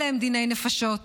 אלה הם דיני נפשות.